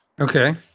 Okay